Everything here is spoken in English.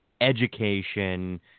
education